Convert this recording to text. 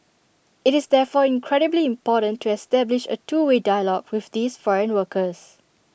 IT is therefore incredibly important to establish A two way dialogue with these foreign workers